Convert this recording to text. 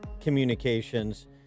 communications